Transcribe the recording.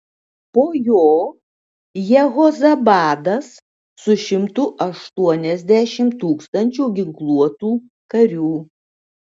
po jo jehozabadas su šimtu aštuoniasdešimt tūkstančių ginkluotų karių